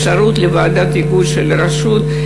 לוועדת היגוי של רשות,